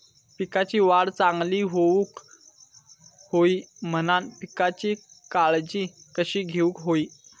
पिकाची वाढ चांगली होऊक होई म्हणान पिकाची काळजी कशी घेऊक होई?